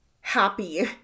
happy